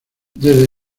desde